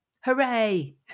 Hooray